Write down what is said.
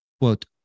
quote